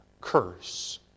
curse